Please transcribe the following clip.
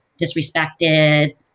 disrespected